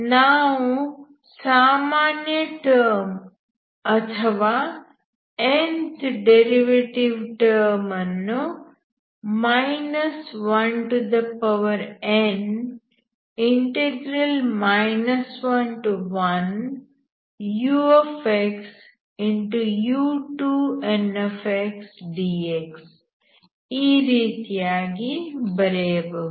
ನಾವು ಸಾಮಾನ್ಯ ಟರ್ಮ್ ಅಥವಾ nth ಡೆರಿವೆಟಿವ್ ಟರ್ಮ್ ಅನ್ನು n 11uu2ndx ಈ ರೀತಿಯಾಗಿ ಬರೆಯಬಹುದು